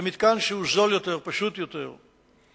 זהו מתקן שהוא זול יותר ופשוט יותר מפלדה.